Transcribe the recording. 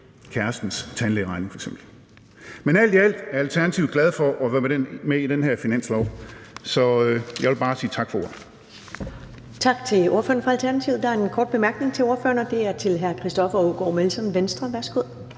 kærestens tandlægeregning? Men alt i alt er i Alternativet glade for at være med i den her finanslov, så jeg vil bare sige tak for ordet.